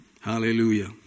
Hallelujah